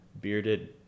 bearded